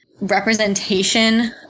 representation